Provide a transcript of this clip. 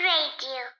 Radio